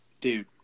dude